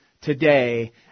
today